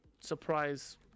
surprise